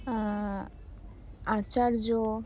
আচার্য